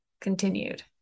continued